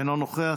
אינו נוכח,